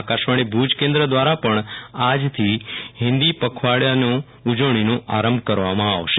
આકાશવાણી ભુજકેન્દ દવારા પણ આજ થી હિન્દી પખવાડી ઉજવણીનો આરંભ કરવામાં આવશે